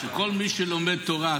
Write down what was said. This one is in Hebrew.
שכל מי שלומד תורה,